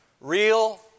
real